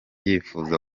yifuza